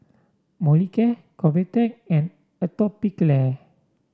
Molicare Convatec and Atopiclair